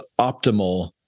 optimal